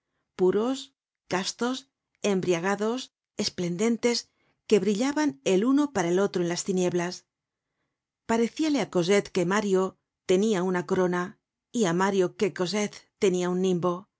puros castos embriagados esplendentes que brillaban el uno para el otro en las tinieblas parecíale á cosette que mario tenia una corona y á mario que cosette tenia un